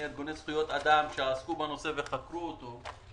ארגוני זכויות אדם שעסקו בנושא וחקרו אותו.